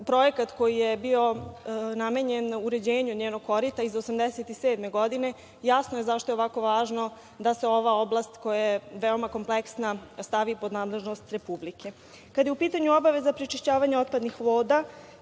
projekat koji je bio namenjen uređenju njenog korita iz 1987. godine, jasno je zašto je ovako važno da se ova oblast koja je veoma kompleksna stavi pod nadležnost Republike. Kada je u pitanju obaveza prečišćavanja otpadnih voda,